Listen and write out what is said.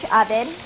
oven